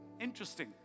Interesting